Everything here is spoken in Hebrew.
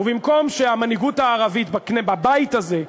ובמקום שהמנהיגות הערבית בבית הזה,